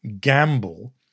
gamble